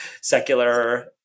secular